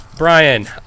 Brian